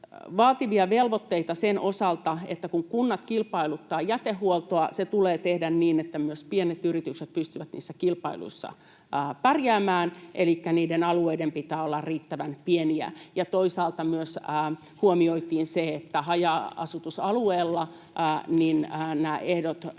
vaativia velvoitteita sen osalta, että kun kunnat kilpailuttavat jätehuoltoa, se tulee tehdä niin, että myös pienet yritykset pystyvät niissä kilpailuissa pärjäämään, elikkä niiden alueiden pitää olla riittävän pieniä. Toisaalta myös huomioitiin näiden ehtojen osalta, miten